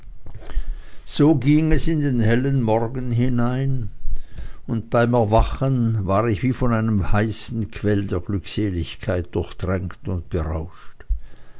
so ging es in den hellen morgen hinein und beim erwachen war ich wie von einem heißen quell der glückseligkeit durchtränkt und berauscht